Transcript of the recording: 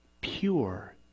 pure